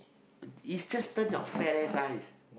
it's just turn your fat ass eyes